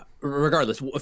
Regardless